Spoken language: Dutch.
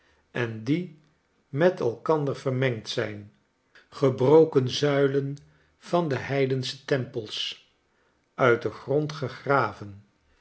en die met elkander vermengd zijn gebroken zuilen van heidensche tempels uit den grond gegraven